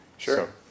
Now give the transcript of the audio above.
Sure